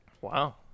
wow